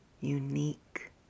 unique